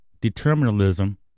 determinism